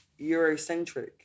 Eurocentric